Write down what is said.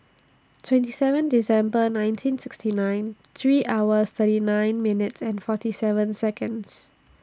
twenty seven December nineteen sixty nine three hour thirty nine minutes and forty seven Seconds